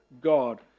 God